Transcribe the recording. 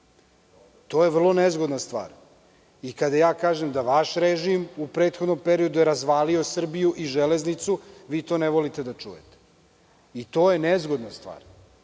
To je vrlo nezgodna stvar. Kada kažem da je vaš režim u prethodnom periodu razvalio Srbiju i železnicu, vi to ne volite da čujete. To je nezgodna stvar.